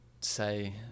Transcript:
say